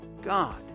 God